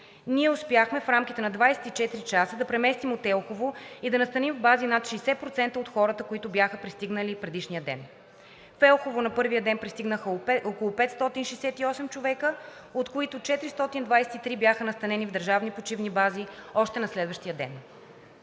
Ние успяхме в рамките на 24 часа да преместим от Елхово и да настаним в бази над 60% от хората, които бяха пристигнали предишния ден. В Елхово на първия ден пристигнаха около 568 човека, от които 423 бяха настанени в държавни почивни бази още на следващия ден.